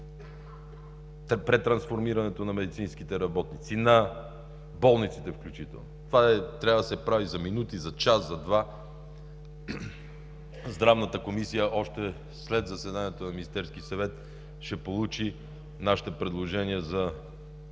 Претрансформирането на медицинските работници, на болниците включително – това трябва да се прави за минути, за час, за два. Здравната комисия още след заседанието на Министерския съвет ще получи нашите предложения за